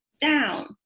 down